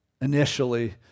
initially